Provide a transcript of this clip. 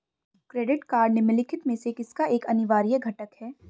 Credit card निम्नलिखित में से किसका एक अनिवार्य घटक है?